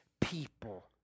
people